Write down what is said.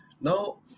Now